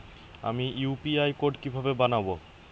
আমি UPI code কিভাবে বানাব?